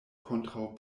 kontraŭ